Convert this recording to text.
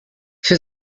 für